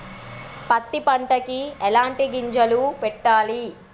పత్తి పంటకి ఎలాంటి గింజలు పెట్టాలి?